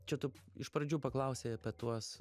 čia tu iš pradžių paklausei apie tuos